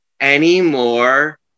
anymore